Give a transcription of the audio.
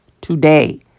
today